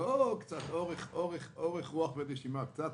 תנו קצת אורך רוח ונשימה, קצת.